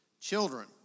children